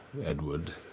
Edward